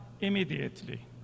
immediately